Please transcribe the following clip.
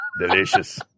Delicious